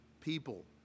people